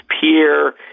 peer